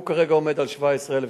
הוא כרגע עומד על 17,700,